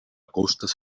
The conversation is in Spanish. costas